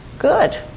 good